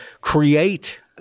create